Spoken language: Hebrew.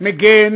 מגן